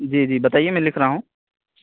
جی جی بتائیے میں لکھ رہا ہوں